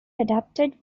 adapted